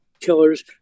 killers